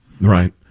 Right